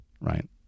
right